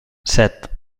set